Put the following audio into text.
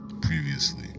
previously